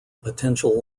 potential